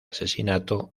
asesinato